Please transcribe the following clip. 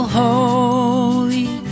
holy